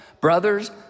brothers